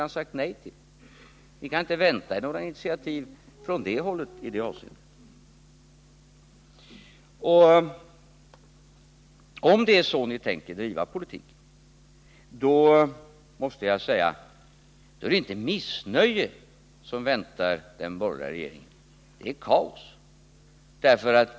Ni kan inte vänta er några initiativ från det hållet i detta avseende. Om ni tänker driva politik så, måste jag säga att det inte är missnöje som väntar den borgerliga regeringen utan kaos.